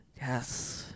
Yes